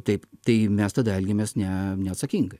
taip tai mes tada elgėmės ne neatsakingai